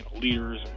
leaders